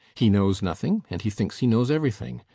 he knows nothing and he thinks he knows everything.